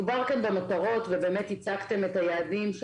דובר כאן במטרות והצגתם את היעדים,